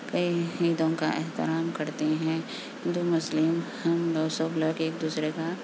عیہ عیدوں کا احترام کرتے ہیں ہندو مسلم ہم جو سب لوگ ایک دوسرے کا